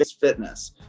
fitness